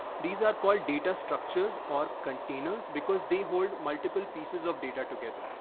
these are called data structures or containers because they hold multiple pieces of data together.